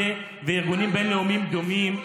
זו לא הפעם הראשונה שארגון זה וארגונים בין-לאומיים דומים,